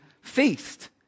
feast